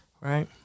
Right